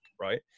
right